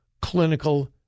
clinical